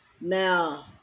Now